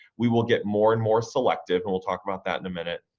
we will get more and more selective, and we'll talk about that in a minute.